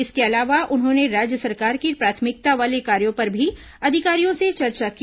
इसके अलावा उन्होंने राज्य सरकार की प्राथमिकता वाले कार्यो पर भी अधिकारियों से चर्चा की